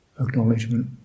acknowledgement